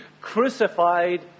crucified